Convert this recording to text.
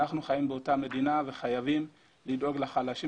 אנחנו חיים באותה מדינה וחייבים לדאוג לחלשים